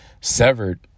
severed